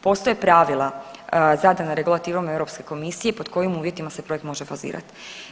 Postoje pravila zadana regulativom Europske komisije pod kojim uvjetima se projekt može fazirati.